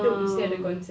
hidup mesti ada concept